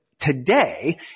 Today